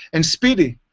and spdy.